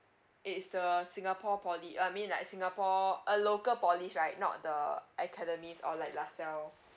it is the singapore poly I mean like singapore a local poly right not the academies or like lasalle